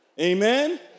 Amen